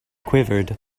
quivered